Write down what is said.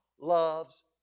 loves